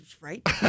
Right